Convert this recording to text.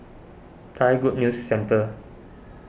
Thai Good News Centre